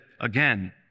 again